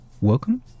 Welcome